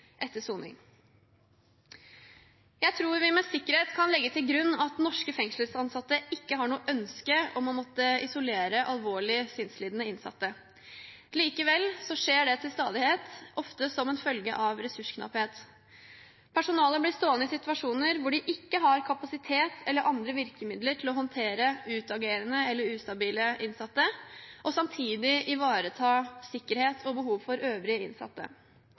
etter soning. Jeg tror vi med sikkerhet kan legge til grunn at norske fengselsansatte ikke har noe ønske om å måtte isolere alvorlig sinnslidende innsatte. Likevel skjer dette til stadighet, ofte som en følge av ressursknapphet. Personalet blir stående i situasjoner hvor de ikke har kapasitet eller andre virkemidler til å håndtere utagerende eller ustabile innsatte og samtidig ivareta sikkerhet og behov for øvrige innsatte.